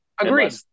Agreed